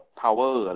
power